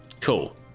cool